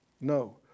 No